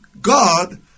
God